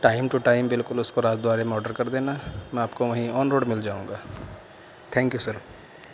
time to time بالکل اس کو راج دوارے میں آڈر کر دینا میں آپ کو وہیں آن روڈ مل جاؤں گا تھینک یو سر